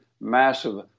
massive